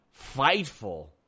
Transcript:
fightful